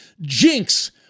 jinx